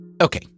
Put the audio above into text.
Okay